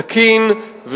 תקין,